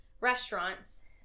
restaurants